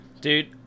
Dude